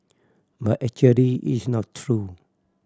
but actually it's not true